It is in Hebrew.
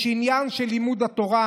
יש עניין של לימוד התורה: